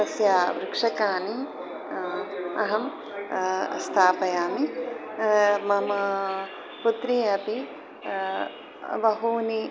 तस्य वृक्षकानि अहं स्थापयामि मम पुत्री अपि बहूनि